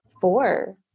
four